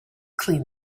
clean